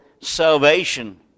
salvation